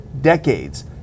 decades